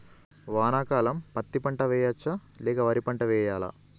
వానాకాలం పత్తి పంట వేయవచ్చ లేక వరి పంట వేయాలా?